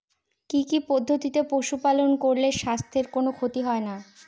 কি কি পদ্ধতিতে পশু পালন করলে স্বাস্থ্যের কোন ক্ষতি হয় না?